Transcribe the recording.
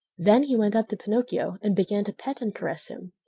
then he went up to pinocchio and began to pet and caress him.